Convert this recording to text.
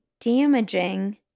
damaging